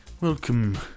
Welcome